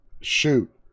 shoot